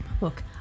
Look